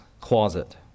Closet